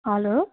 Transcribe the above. hello